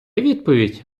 відповідь